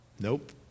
nope